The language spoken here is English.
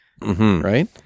Right